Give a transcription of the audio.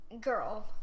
Girl